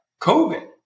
COVID